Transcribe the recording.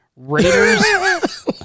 Raiders